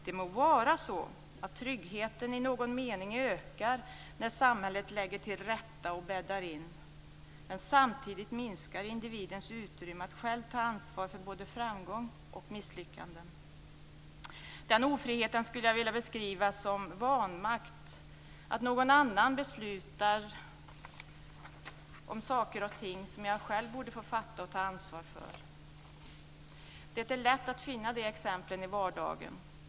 Det må vara så att tryggheten i någon mening ökar när samhället lägger till rätta och bäddar in, men samtidigt minskar individens utrymme att själv ta ansvar för både framgång och misslyckanden. Den ofriheten skulle jag vilja beskriva som vanmakt; att någon annan fattar beslut som jag själv borde få fatta och ta ansvar för. Det är lätt att finna de exemplen i vardagen.